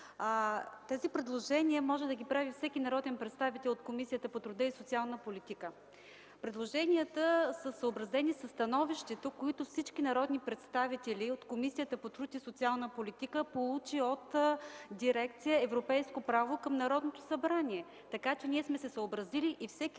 Тези предложения може да ги прави всеки народен представител от Комисията по труда и социалната политика. Предложенията са съобразени със становището, което всички народни представители от Комисията по труда и социалната политика получиха от дирекция „Европейско право” към Народното събрание. Така че ние сме се съобразили и всеки